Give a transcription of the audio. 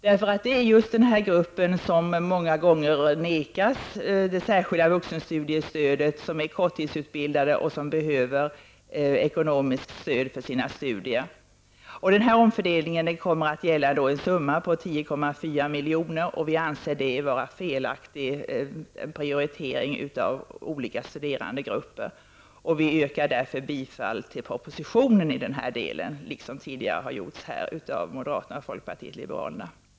Det är just denna grupp som är korttidsutbildad och som behöver stöd till sina studier som nekas det särskilda vuxenstudiestödet. Omfördelningen kommer att gälla en summa på 10,4 milj.kr. Vi anser detta vara en felaktig prioritering av olika studerandegrupper. Vi yrkar därför bifall till propositionen i denna del, vilket tidigare gjorts här av moderaterna och folkpartiet liberalerna.